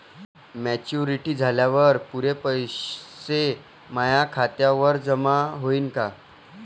Maturity झाल्यावर पुरे पैसे माया खात्यावर जमा होईन का?